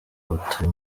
batari